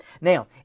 Now